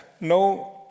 no